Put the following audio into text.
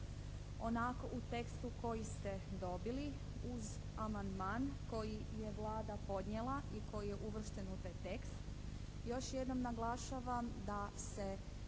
onako u tekstu koji ste dobili uz amandman koji je Vlada podnijela i koji je uvršten u taj tekst. Još jednom naglašavam da se